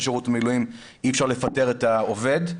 שירות מילואים אי אפשר לפטר את העובד,